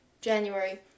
January